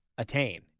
Attain